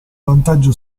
vantaggio